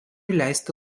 leisti